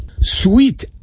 sweet